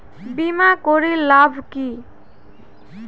বিমা করির লাভ কি?